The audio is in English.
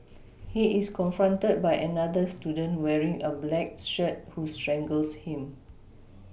he is confronted by another student wearing a black shirt who strangles him